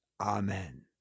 Amen